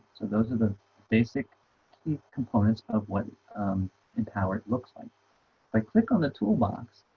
those are the basic components of what empower it looks like i click on the toolbox